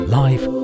life